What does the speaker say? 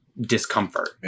discomfort